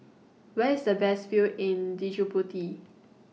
Where IS The Best View in Djibouti